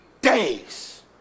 days